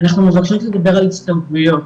אנחנו מבקשות לדבר על הזדמנויות,